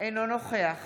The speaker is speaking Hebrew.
אינו נוכח